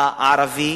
המגזר הערבי